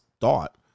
thought